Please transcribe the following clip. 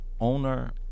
owner